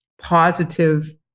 positive